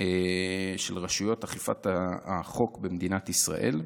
של רשויות אכיפת החוק במדינת ישראל.